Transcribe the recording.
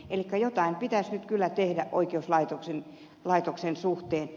elikkä jotain pitäisi nyt tehdä oikeuslaitoksen suhteen